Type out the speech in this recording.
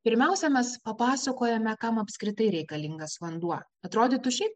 pirmiausia mes papasakojame kam apskritai reikalingas vanduo atrodytų šiap